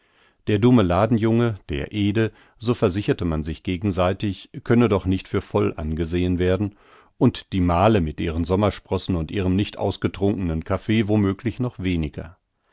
der dumme ladenjunge der ede so versicherte man sich gegenseitig könne doch nicht für voll angesehen werden und die male mit ihren sommersprossen und ihrem nicht ausgetrunkenen kaffee womöglich noch weniger